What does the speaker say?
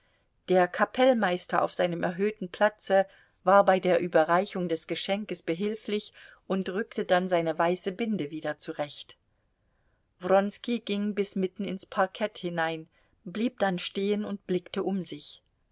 der kapellmeister auf seinem erhöhten platze war bei der überreichung des geschenkes behilflich und rückte dann seine weiße binde wieder zurecht wronski ging bis mitten ins parkett hinein blieb dann stehen und blickte um sich